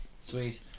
Sweet